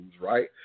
right